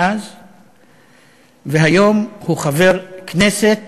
והיום הוא חבר הכנסת.